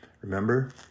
Remember